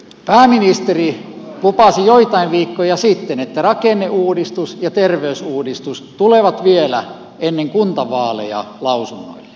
pääministeri lupasi joitain viikkoja sitten että rakenneuudistus ja terveysuudistus tulevat vielä ennen kuntavaaleja lausunnoille